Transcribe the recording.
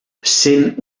sent